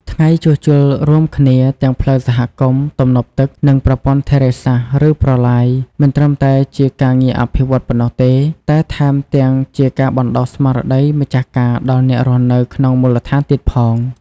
ថ្ងៃជួសជុលរួមគ្នាទាំងផ្លូវសហគមន៍ ទំនប់ទឹក និងប្រព័ន្ធធារាសាស្ត្រ ឬ ប្រឡាយ មិនត្រឹមតែជាការងារអភិវឌ្ឍន៍ប៉ុណ្ណោះទេ តែថែមទាំងជាការបណ្ដុះស្មារតីម្ចាស់ការដល់អ្នករស់នៅក្នុងមូលដ្ឋានទៀតផង។